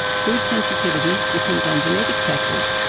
food sensitivity depends on genetic factors,